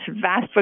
vast